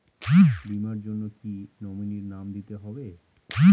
বীমার জন্য কি নমিনীর নাম দিতেই হবে?